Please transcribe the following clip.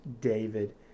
David